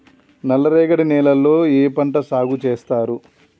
నల్లరేగడి నేలల్లో ఏ పంట సాగు చేస్తారు?